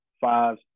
five